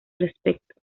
respecto